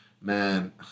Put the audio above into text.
man